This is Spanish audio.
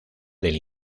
del